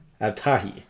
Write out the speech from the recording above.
Abtahi